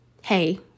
hey